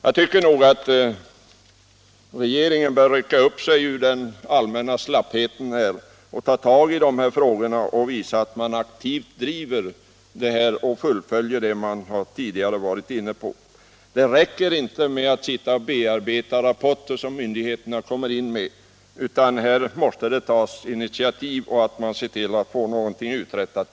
Jag tycker att regeringen bör rycka upp sig ur den allmänna slappheten och aktivt driva dessa frågor och fullfölja dessa tankegångar. Det räcker inte att man sitter och bearbetar rapporter som myndigheterna kommer in med, utan här måste det tas initiativ så att det blir någonting uträttat.